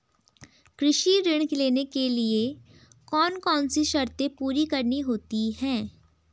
कृषि ऋण लेने के लिए कौन कौन सी शर्तें पूरी करनी होती हैं?